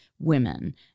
women